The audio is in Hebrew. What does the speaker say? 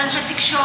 על אנשי תקשורת,